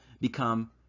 become